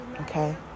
okay